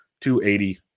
280